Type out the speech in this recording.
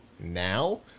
now